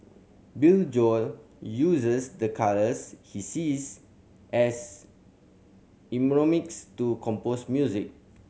Billy Joel uses the colours he sees as mnemonics to compose music